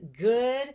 good